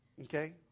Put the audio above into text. okay